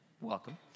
Welcome